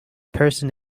person